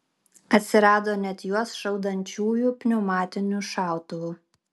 atsirado net juos šaudančiųjų pneumatiniu šautuvu